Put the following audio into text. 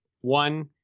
One